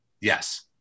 Yes